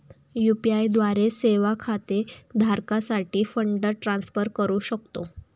UPI सेवा द्वारे खाते धारकासाठी फंड ट्रान्सफर करू शकतो